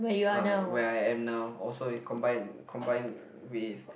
uh where I am now also we combine combined with